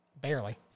Barely